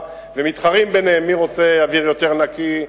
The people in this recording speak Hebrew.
ומתחרים ביניהם מי רוצה אוויר יותר נקי,